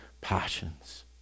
passions